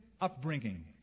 upbringing